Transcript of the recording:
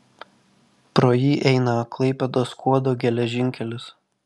pro jį eina klaipėdos skuodo geležinkelis